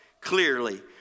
clearly